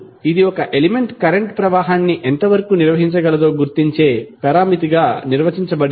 ఇప్పుడు ఇది ఒక ఎలిమెంట్ కరెంట్ ప్రవాహాన్ని ఎంతవరకు నిర్వహించగలదో గుర్తించే పరామితిగా నిర్వచించబడింది